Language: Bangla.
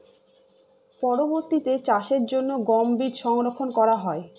পরবর্তিতে চাষের জন্য গম বীজ সংরক্ষন করা হয়?